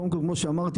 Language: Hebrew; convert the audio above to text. כפי שפורסם,